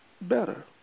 better